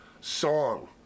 song